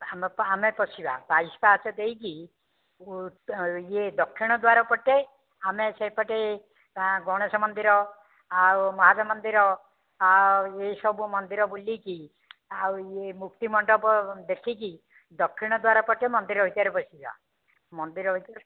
ଆମ ଆମେ ପଶିବା ବାଇସି ପାହାଚ ଦେଇକି ଏ ଦକ୍ଷିଣ ଦ୍ୱାରା ପଟେ ଆମେ ସେପଟେ ଗଣେଶ ମନ୍ଦିର ଆଉ ମହାଦେବ ମନ୍ଦିର ଆଉ ଏହିସବୁ ମନ୍ଦିର ବୁଲିକି ଆଉ ଇଏ ମୁକ୍ତି ମଣ୍ଡପ ଦେଖିକି ଦକ୍ଷିଣ ଦ୍ୱାର ପଟେ ମନ୍ଦିର ଭିତରେ ପଶିଯିବା ମନ୍ଦିର ଭିତରେ